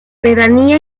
pedanía